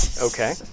Okay